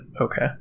okay